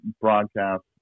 broadcast